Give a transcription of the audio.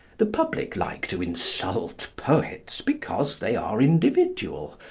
the public like to insult poets because they are individual,